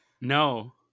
No